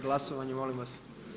Glasovanje molim vas.